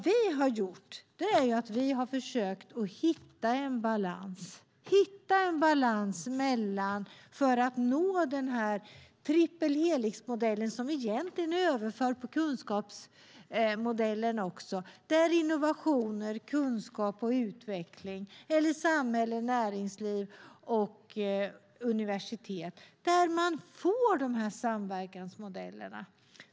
Vi har försökt att hitta en balans för att nå triple helix-modellen, som egentligen för över på kunskapsmodellen, det vill säga innovationer-kunskap-utveckling eller samhälle-näringsliv-universitet - samverkansmodellerna.